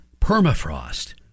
permafrost